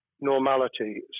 normality